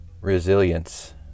resilience